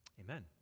Amen